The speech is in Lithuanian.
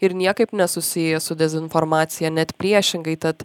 ir niekaip nesusiję su dezinformacija net priešingai tad